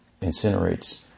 incinerates